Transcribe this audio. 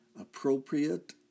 appropriate